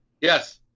Yes